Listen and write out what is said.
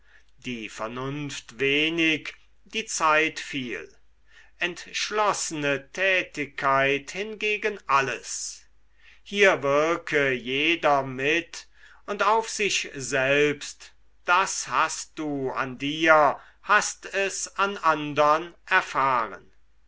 die vernunft wenig die zeit viel entschlossene tätigkeit hingegen alles hier wirke jeder mit und auf sich selbst das hast du an dir hast es an andern erfahren